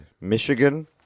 Michigan